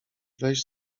weź